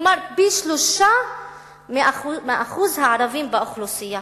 כלומר, פי-שלושה מאחוז הערבים באוכלוסייה.